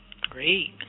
Great